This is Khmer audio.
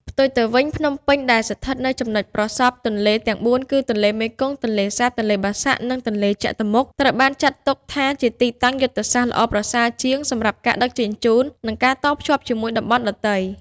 ផ្ទុយទៅវិញ ភ្នំពេញ ដែលស្ថិតនៅចំចំណុចប្រសព្វទន្លេទាំងបួនគឺទន្លេមេគង្គ ទន្លេសាប ទន្លេបាសាក់ និងទន្លេចតុមុខ ត្រូវបានចាត់ទុកថាជាទីតាំងយុទ្ធសាស្ត្រល្អប្រសើរជាងសម្រាប់ការដឹកជញ្ជូន និងការតភ្ជាប់ជាមួយតំបន់ដទៃ។